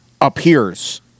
appears